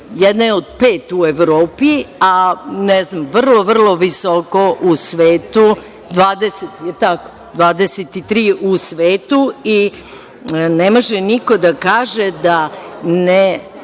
jedne od pet u Evropi, a ne znam vrlo, vrlo visoko u svetu, 23 u svetu i ne može niko da kaže da ne